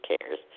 cares